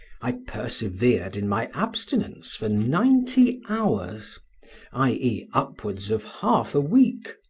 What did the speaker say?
i persevered in my abstinence for ninety hours i e, upwards of half a week.